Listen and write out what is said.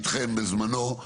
איתכם בזמנו,